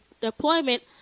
deployment